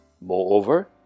Moreover